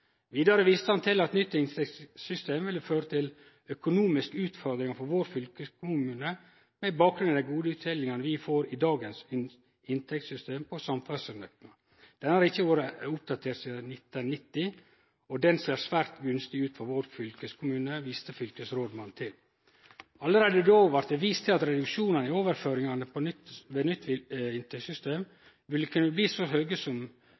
ville føre til økonomiske utfordringar for vår fylkeskommune, med bakgrunn i den gode utteljinga vi får i dagens inntektssystem på samferdslenøkkelen. Denne har ikkje vore oppdatert sidan 1990, og han ser svært gunstig ut for vår fylkeskommune – viste fylkesrådmannen til. Allereie då blei det vist til at reduksjonen i overføringane ved nytt inntektssystem ville kunne bli så stor som